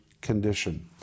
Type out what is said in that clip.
condition